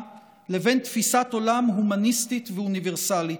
לבין תפיסת עולם הומניסטית ואוניברסלית.